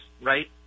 right